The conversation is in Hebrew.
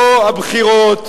לא הבחירות,